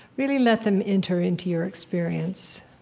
really let them enter into your experience.